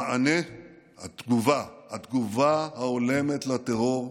המענה, התגובה, התגובה ההולמת לטרור,